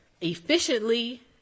efficiently